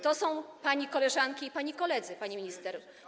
To są pani koleżanki i pani koledzy, pani minister.